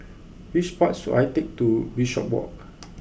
which bus should I take to Bishopswalk